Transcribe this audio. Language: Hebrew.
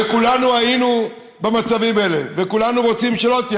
וכולנו היינו במצבים האלה וכולנו רוצים שלא תהיה